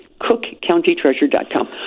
Cookcountytreasure.com